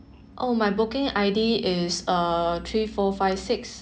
oh my booking I_D is uh three four five six